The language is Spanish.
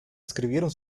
escribieron